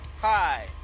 Hi